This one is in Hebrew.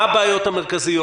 מה הבעיות המרכזיות?